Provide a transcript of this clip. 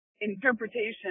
interpretation